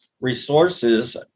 resources